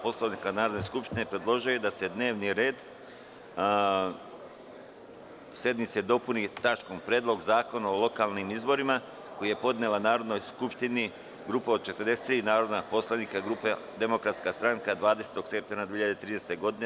Poslovnika Narodne skupštine, predložio je da se dnevni red sednice dopuni tačkom – Predlog zakona o lokalnim izborima koji je podnela Narodnoj skupštini Grupa od 43 narodna poslanika grupe Demokratska stranka 20. septembra 2013. godine.